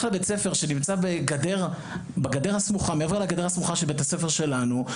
לבית ספר שנמצא מעבר לגדר הסמוכה של בית הספר שלנו,